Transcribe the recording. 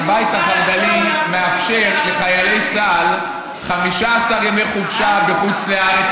כשהבית החרד"לי מאפשר לחיילי צה"ל 15 ימי חופשה בחוץ לארץ,